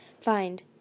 find